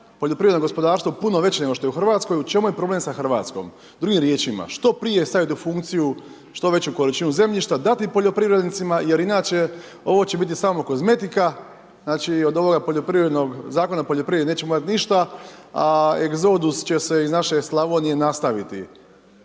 poljoprivredo gospodarstvo puno veći nego što je u Hrvatskoj, u čemu je problem sa Hrvatskom. Drugim riječima, što prije staviti u funkciju, što veću količinu zemljišta, dati poljoprivrednicima jer inače ovo će biti samo kozmetika, od ovoga poljoprivrednog Zakona o poljoprivredi nećemo imati ništa, a egzodus, će se iz naše Slavonije nastaviti.